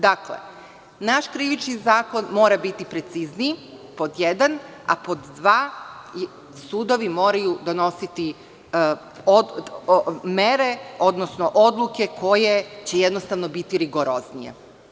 Dakle, naš Krivični zakon mora biti precizniji pod jedan, a pod dva, sudovi moraju donositi mere, odnosno odluke koje će biti rigoroznije.